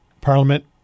parliament